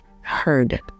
heard